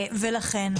לכן,